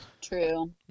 True